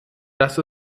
dass